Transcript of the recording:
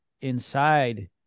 inside